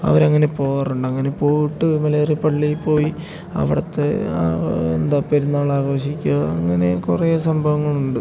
അവർ അങ്ങനെ പോവാറുണ്ട് അങ്ങനെ പോയിട്ട് വളരേ പള്ളിയിൽപ്പോയി അവിടുത്തെ എന്താ പെരുന്നാൾ ആഘോഷിക്കുക അങ്ങനെ കുറേ സംഭവങ്ങളുണ്ട്